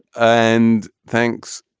and thanks.